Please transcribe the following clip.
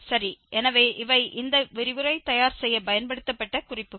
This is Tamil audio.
சரி எனவே இவை இந்த விரிவுரை தயார் செய்ய பயன்படுத்தப்பட்ட குறிப்புகள்